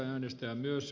kannatan ed